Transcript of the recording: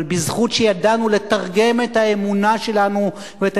אבל בזכות שידענו לתרגם את האמונה שלנו ואת